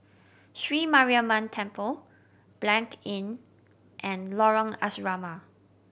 Sri Mariamman Temple Blanc Inn and Lorong Asrama